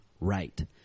right